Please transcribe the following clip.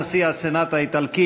נשיא הסנאט האיטלקי,